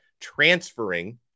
transferring